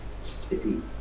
City